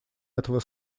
этого